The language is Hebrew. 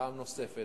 פעם נוספת.